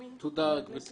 גבירתי